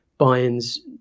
Bayern's